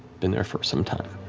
been there for some time,